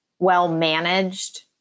well-managed